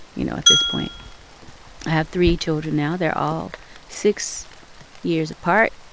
you know, at this point i have three children now. they're all six years apart,